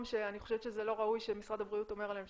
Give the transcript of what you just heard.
אני אגיד לך למה לא מקבלת את זה.